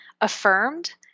affirmed